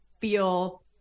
feel